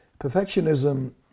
Perfectionism